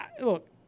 Look